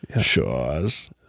Shaw's